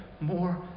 more